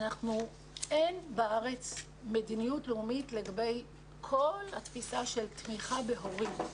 אין בארץ מדיניות לאומית לגבי כל התפיסה של תמיכה בהורים.